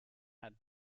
had